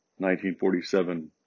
1947